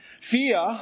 Fear